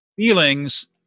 feelings